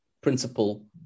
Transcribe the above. principle